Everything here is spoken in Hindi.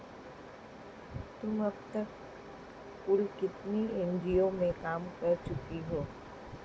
तुम अब तक कुल कितने एन.जी.ओ में काम कर चुकी हो?